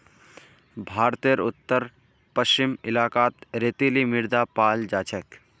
भारतेर उत्तर पश्चिम इलाकात रेतीली मृदा पाल जा छेक